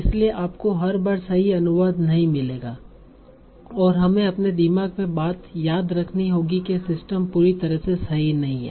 इसलिए आपको हर बार सही अनुवाद नहीं मिलेगा और हमें अपने दिमाग में बात याद रखनी होगी के सिस्टम पूरी तरह से सही नहीं हैं